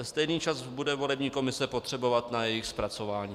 Stejný čas bude volební komise potřebovat na jejich zpracování.